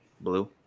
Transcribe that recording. blue